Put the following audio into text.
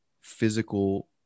physical